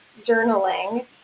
journaling